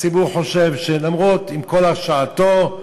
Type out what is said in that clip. הציבור חושב שעם כל הרשעתו,